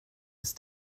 ist